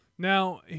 Now